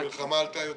המלחמה עלתה יותר.